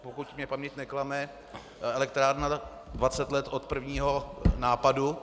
Pokud mě paměť neklame, elektrárna dvacet let od prvního nápadu.